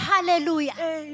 Hallelujah